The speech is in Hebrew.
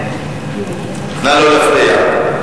נא לא להפריע.